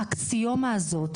האקסיומה הזאת,